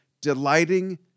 delighting